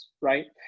right